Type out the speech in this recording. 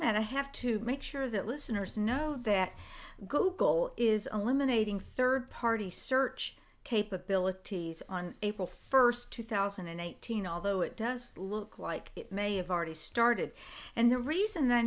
and i have to make sure that listeners know that google is eliminated third party search capabilities on april first two thousand and eighteen although it does look like it may have already started and the reason that i